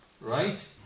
Right